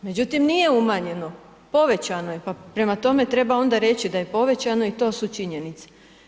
Međutim, nije umanjeno, povećano je pa prema tome, treba onda reći da je povećano i to su činjenice.